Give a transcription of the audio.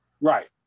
Right